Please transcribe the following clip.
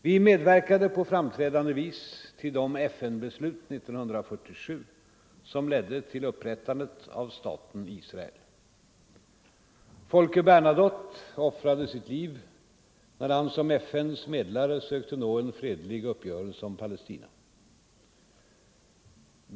Vi medverkade på framträdande vis till de FN beslut 1947 som ledde till upprättandet av staten Israel. Folke Bernadotte offrade sitt liv när han som FN:s medlare sökte nå en fredlig uppgörelse om Palestina.